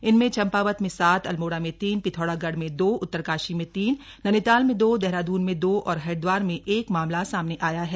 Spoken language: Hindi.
इनमें चंपावत में सात अल्मोड़ा में तीन पिथौरागढ़ में दो उत्तरकाशी में तीन नैनीताल में दो देहरादून में दो और हरिद्वार में एक मामला सामने आया है